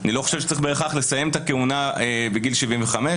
אני לא חושב שצריך בהכרח לסיים את הכהונה בגיל 75,